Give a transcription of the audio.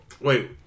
Wait